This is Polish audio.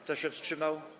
Kto się wstrzymał?